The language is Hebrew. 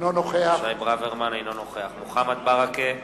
אינו נוכח מוחמד ברכה,